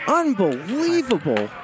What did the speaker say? unbelievable